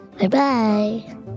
Bye-bye